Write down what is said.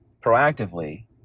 proactively